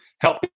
help